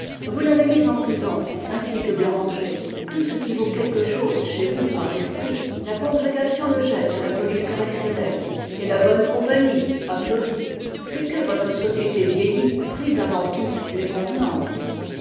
vous l'avez mis en prison ainsi que béranger tout ce qui vaut quelque chose chez vous par l'esprit la congrégation le jette à la police correctionnelle et la bonne compagnie applaudit c'est que votre société vieillie prise avant tout les convenances